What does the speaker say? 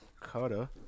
cutter